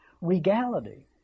regality